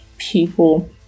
People